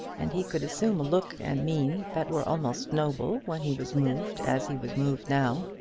and he could assume a look and mien that were almost noble when he was moved as he was moved now.